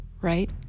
right